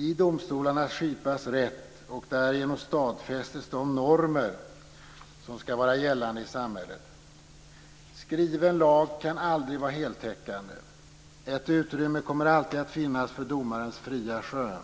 I domstolarna skipas rätt, och därigenom stadfästes de normer som ska vara gällande i samhället. Skriven lag kan aldrig vara heltäckande. Ett utrymme kommer alltid att finnas för domarens fria skön.